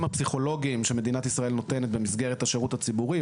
הפסיכולוגיים שמדינת ישראל נותנת במסגרת השירות הציבורי.